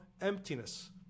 emptiness